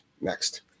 Next